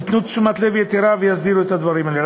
ייתנו תשומת לב יתרה ויסדירו את הדברים האלה.